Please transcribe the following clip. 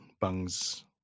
Bung's